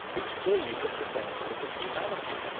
it's clear you just became sick of humanity.